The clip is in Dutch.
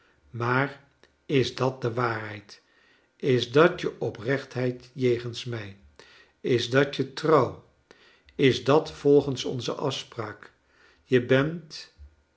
maar is dat de waarheid is dat je oprechtt heid jegens mij is dat je trouw is dat volgens onze afspraak je bent